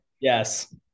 Yes